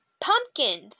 pumpkins